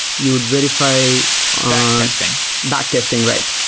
you would verify back testing. back testing, right.